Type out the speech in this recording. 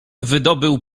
wydobył